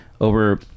over